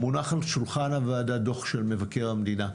מונח על שולחן הוועדה דוח של מבקר המדינה,